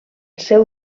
seu